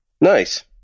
Nice